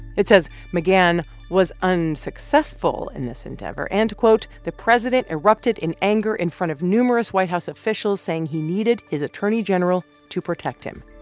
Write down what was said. it says mcgahn was unsuccessful in this endeavor and, quote, the president erupted in anger in front of numerous white house officials, saying he needed his attorney general to protect him.